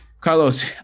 Carlos